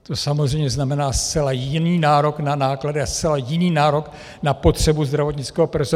To samozřejmě znamená zcela jiný nárok na náklady a zcela jiný nárok na potřebu zdravotnického personálu.